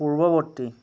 পূৰ্বৱৰ্তী